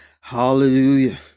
Hallelujah